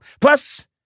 Plus